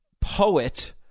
poet